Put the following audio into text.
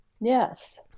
Yes